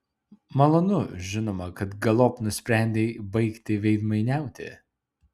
malonu žinoma kad galop nusprendei baigti veidmainiauti